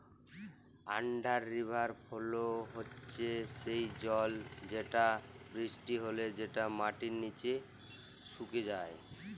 under river flow হচ্যে সেই জল যেটা বৃষ্টি হলে যেটা মাটির নিচে সুকে যায়